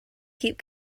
keep